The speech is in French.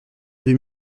deux